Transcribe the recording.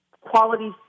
Quality